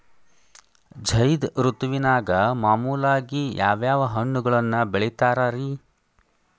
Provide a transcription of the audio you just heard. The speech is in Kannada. ಝೈದ್ ಋತುವಿನಾಗ ಮಾಮೂಲಾಗಿ ಯಾವ್ಯಾವ ಹಣ್ಣುಗಳನ್ನ ಬೆಳಿತಾರ ರೇ?